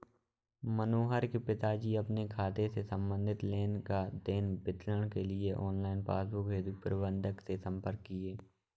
मनोहर के पिताजी अपने खाते से संबंधित लेन देन का विवरण के लिए ऑनलाइन पासबुक हेतु प्रबंधक से संपर्क किए